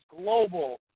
global